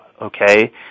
Okay